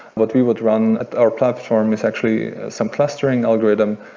what we would run at our platform is actually some clustering algorithm.